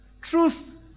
Truth